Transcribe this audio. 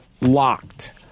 locked